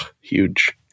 huge